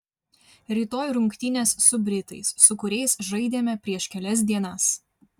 rytoj rungtynės su britais su kuriais žaidėme prieš kelias dienas